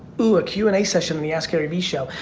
oh, a q and a session in the ask gary v show.